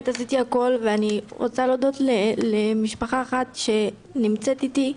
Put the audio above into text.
עשיתי הכול ואני רוצה להודות למשפחה אחת שנמצאת איתי,